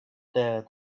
there